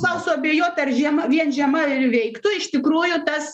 sau suabejot ar žiema vien žiema veiktų iš tikrųjų tas